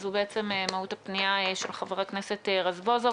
וזו מהות הפנייה של חבר הכנסת רזבוזוב.